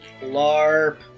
LARP